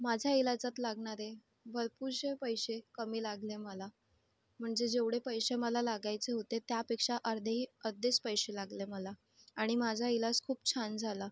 माझ्या इलाजात लागणारे भरपूर पैसे कमी लागले मला म्हणजे जेवढे पैसे मला लागायचे होते त्यापेक्षा अर्धेही अर्धेच पैसे लागले मला आणि माझा इलाज खूप छान झाला